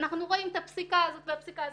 שאנחנו רואים את הפסיקה הזאת והפסיקה הזאת?